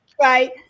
right